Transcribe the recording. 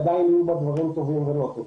עדיין יהיו בה דברים טובים ולא טובים.